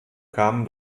kamen